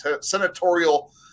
senatorial